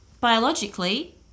biologically